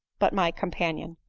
but my companion.